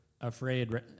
afraid